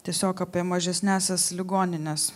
tiesiog apie mažesniąsias ligonines